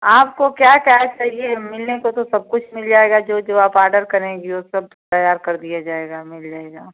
आपको क्या क्या चाहिए मिलने को तो सब कुछ मिल जाएगा जो जो आप आर्डर करेंगी वह सब तैयार कर दिया जाएगा मिल जाएगा